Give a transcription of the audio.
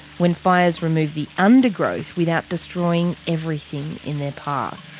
when fires remove the undergrowth without destroying everything in their path.